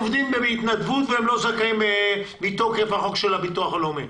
שעובדים בהתנדבות והם לא זכאים מתוקף החוק של הביטוח הלאומי.